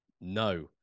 no